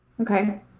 okay